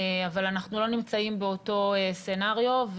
אבל אנחנו לא נמצאים באותו סצנריו.